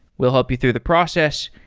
we'll help you through the process,